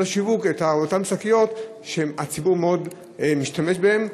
השיווק את אותן שקיות שהציבור מאוד משתמש בהן,